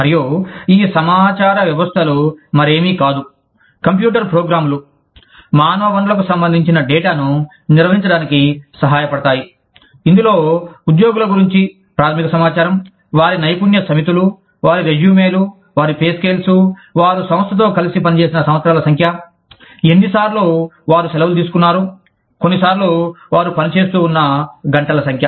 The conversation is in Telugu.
మరియు ఈ సమాచార వ్యవస్థలు మరేమీ కాదు కంప్యూటర్ ప్రోగ్రామ్లు మానవ వనరులకు సంబంధించిన డేటాను నిర్వహించడానికి సహాయపడతాయి ఇందులో ఉద్యోగుల గురించి ప్రాథమిక సమాచారం వారి నైపుణ్య సమితులు వారి రెజ్యూమెలు వారి పే స్కేల్స్ వారు సంస్థతో కలిసి పనిచేసిన సంవత్సరాల సంఖ్య ఎన్నిసార్లు వారు సెలవులు తీసుకున్నారు కొన్నిసార్లు వారు పని చేస్తూ ఉన్న గంటల సంఖ్య